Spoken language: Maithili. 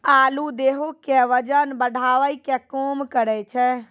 आलू देहो के बजन बढ़ावै के काम करै छै